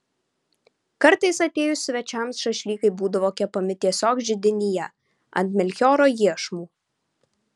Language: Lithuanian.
kartais atėjus svečiams šašlykai būdavo kepami tiesiog židinyje ant melchioro iešmų